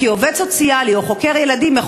כי עובד סוציאלי או חוקר ילדים יכול